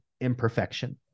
imperfection